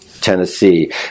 Tennessee